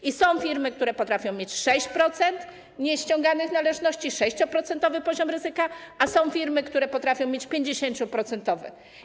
I są firmy, które potrafią mieć 6% nieściągalnych należności, 6-procentowy poziom ryzyka, a są firmy, które potrafią mieć 50-procentowy.